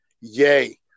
Yay